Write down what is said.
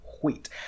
wheat